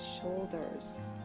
shoulders